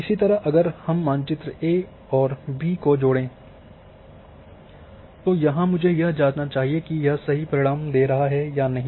इसी तरह अगर हम मानचित्र ए और बी को जोड़े हैं तो यहाँ मुझे यह जांचना चाहिए कि यह सही परिणाम दे रहा है या नहीं